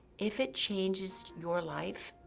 if it changes your life,